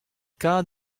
kaout